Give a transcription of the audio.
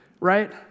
right